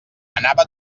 anava